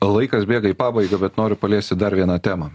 o laikas bėga į pabaigą bet noriu paliesti dar vieną temą